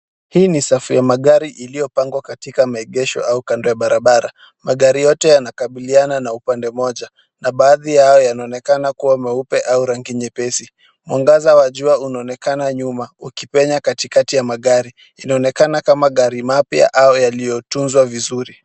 Hii ni safi ya magari iliyopangwa katika maegesho au kando ya barabara. Magari yote yanakabiliana na upande mmoja na baadhi yao yanaonekana kuwa meupe au rangi nyepesi. Mwangaza wa jua unaonekana nyuma ukipenya katikati ya magari. Inaonekana kama gari mapya au yaliyotunzwa vizuri.